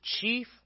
chief